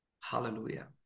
Hallelujah